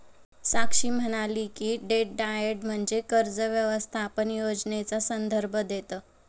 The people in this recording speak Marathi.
साक्षी म्हणाली की, डेट डाएट म्हणजे कर्ज व्यवस्थापन योजनेचा संदर्भ देतं